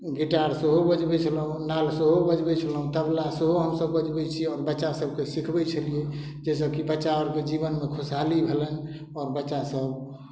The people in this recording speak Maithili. गिटार सेहो बजबय छलहुँ नाद सेहो बजबय छलहुँ तबला सेहो हमसभ बजबय छी आओर बच्चासभके सिखबय छलियै जइसँ कि बच्चा आउरके जीवनमे खुशहाली भेलनि आओर बच्चासभ